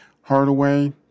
Hardaway